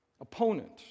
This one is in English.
opponent